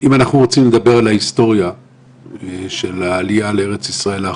אם אנחנו רוצים לדבר על ההיסטוריה של העלייה לארץ ישראל,